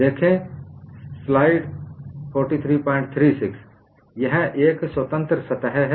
संदर्भ स्लाइड देखें 4336 यह एक स्वतंत्र सतह है